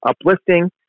uplifting